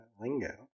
lingo